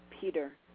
Peter